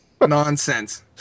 Nonsense